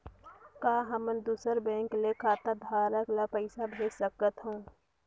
का हमन दूसर बैंक के खाताधरक ल पइसा भेज सकथ हों?